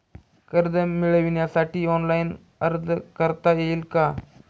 कर्ज मिळविण्यासाठी ऑनलाइन अर्ज करता येईल का?